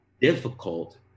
difficult